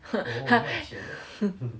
oh 要钱